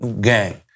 gang